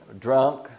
drunk